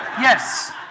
Yes